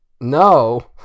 no